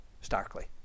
starkly